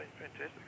fantastic